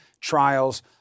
trials